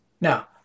Now